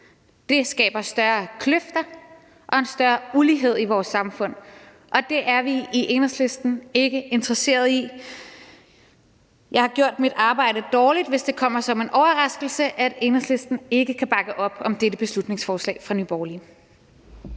Det skaber dybere kløfter og en større ulighed i vores samfund, og det er vi i Enhedslisten ikke interesseret i. Jeg har gjort mit arbejde dårligt, hvis det kommer som en overraskelse, at Enhedslisten ikke kan bakke op om dette beslutningsforslag fra Nye Borgerlige.